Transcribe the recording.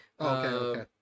Okay